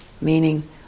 meaning